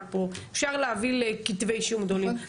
פה ואפשר להביא לכתבי אישום גדולים,